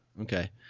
Okay